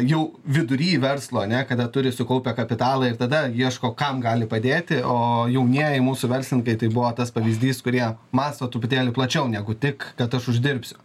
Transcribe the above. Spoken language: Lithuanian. jau vidury verslo ane kada turi sukaupę kapitalą ir tada ieško kam gali padėti o jaunieji mūsų verslininkai tai buvo tas pavyzdys kurie mąsto truputėlį plačiau negu tik kad aš uždirbsiu